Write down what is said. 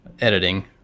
editing